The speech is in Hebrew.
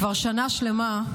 כבר שנה שלמה,